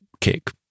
kick